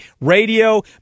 radio